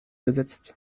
gesetzt